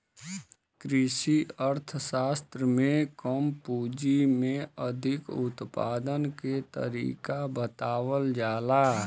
कृषि अर्थशास्त्र में कम पूंजी में अधिक उत्पादन के तरीका बतावल जाला